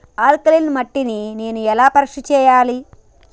Alkaline మట్టి ని నేను ఎలా పరీక్ష చేయాలి?